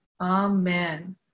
Amen